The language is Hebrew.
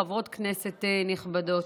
חברות כנסת נכבדות,